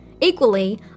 Equally